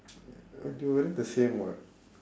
they all look the same [what]